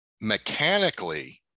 Mechanically